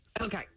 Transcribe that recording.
Okay